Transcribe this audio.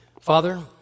Father